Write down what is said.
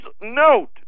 note